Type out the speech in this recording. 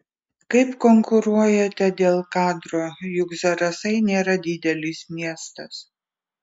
kaip konkuruojate dėl kadro juk zarasai nėra didelis miestas